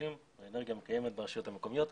אקלים ואנרגיה מקיימת ברשויות המקומיות.